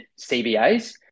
CBAs